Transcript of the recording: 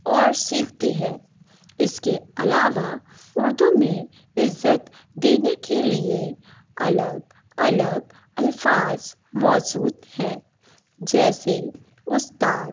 اور سیکھتے ہیں اس کے علاوہ اردو میں عزت دینے کے لیے الگ الگ الفاظ موجود ہیں جیسے استاد